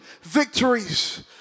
victories